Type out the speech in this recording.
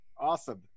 Awesome